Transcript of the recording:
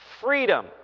Freedom